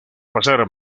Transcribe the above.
pasar